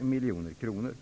miljoner kronor.